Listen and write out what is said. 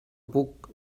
puc